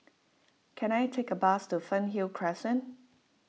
can I take a bus to Fernhill Crescent